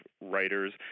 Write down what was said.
writers